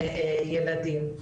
וילדים.